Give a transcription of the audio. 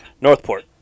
Northport